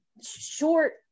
short